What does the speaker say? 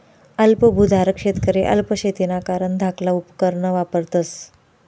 अल्प भुधारक शेतकरी अल्प शेतीना कारण धाकला उपकरणं वापरतस